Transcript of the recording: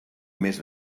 més